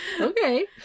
Okay